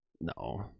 No